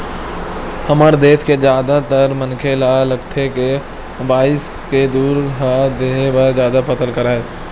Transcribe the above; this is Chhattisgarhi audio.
हमर देस के जादातर मनखे ल लागथे के भइस के दूद ह देहे बर जादा फायदा नइ करय